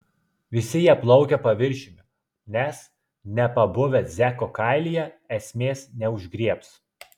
visi jie plaukia paviršiumi nes nepabuvę zeko kailyje esmės neužgriebs